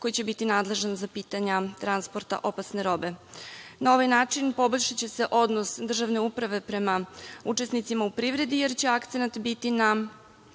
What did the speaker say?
koji će biti nadležan za pitanja opasne robe. Na ovaj način poboljšaće se odnos državne uprave prema učesnicima u privredi, jer će akcenat biti na